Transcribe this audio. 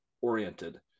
oriented